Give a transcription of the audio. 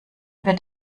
wird